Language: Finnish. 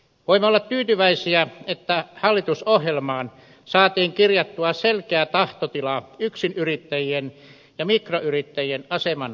voimme olla tyytyväisiä siihen että hallitusohjelmaan saatiin kirjattua selkeä tahtotila yksinyrittäjien ja mikroyrittäjien aseman parantamisesta